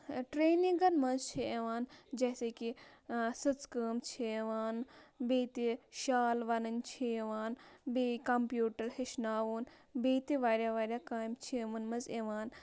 ٹریٚنِنٛگَن منٛز چھِ یِوان جیسے کہِ سٕژٕ کٲم چھِ یِوان بیٚیہِ تہِ شال وَنٕنۍ چھِ یِوان بیٚیہِ کَمپیٛوٗٹر ہیٚچھناوُن بیٚیہِ تہِ واریاہ واریاہ کامہِ چھِ یِمَن منٛز یوان